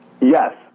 Yes